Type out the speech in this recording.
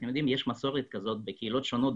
יש מסורת בקהילות שונות,